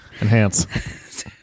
Enhance